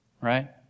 right